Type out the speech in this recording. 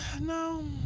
No